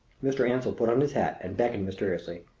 mr. ansell put on his hat and beckoned mysteriously.